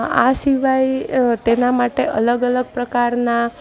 આ સિવાય તેના માટે અલગ અલગ પ્રકારના